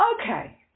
okay